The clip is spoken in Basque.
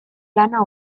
lana